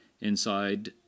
inside